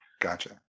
gotcha